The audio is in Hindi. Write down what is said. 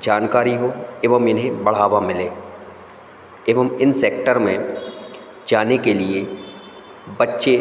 जानकारी हो एवं इन्हें बढ़ावा मिले एवं इन सेक्टर में जाने के लिए बच्चे